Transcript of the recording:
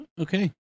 Okay